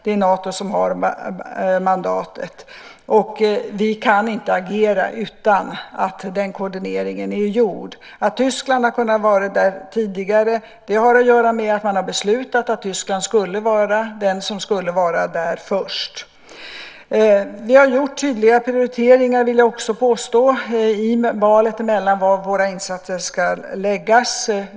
Det är Nato som har mandatet, och vi kan inte agera utan att denna koordination är gjord. Att Tyskland har kunnat vara där tidigare har att göra med att man har beslutat att Tyskland skulle vara den som var där först. Vi har gjort tydliga prioriteringar, vill jag också påstå, i valet av var våra insatser ska läggas.